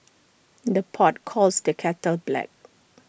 the pot calls the kettle black